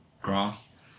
Grass